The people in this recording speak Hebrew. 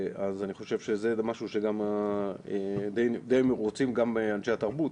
אני חושב שזה משהו שרוצים גם אנשי התרבות,